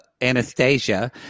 Anastasia